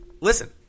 listen